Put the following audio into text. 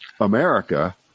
America